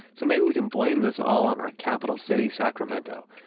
so maybe we can blame this all on our capital city, sacramento.